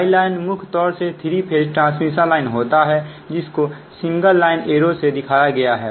tie line मुख्य तौर से थ्री फेज ट्रांसमिशन लाइन होता है जिसको सिंगल लाइन एरो से दिखाया गया है